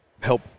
help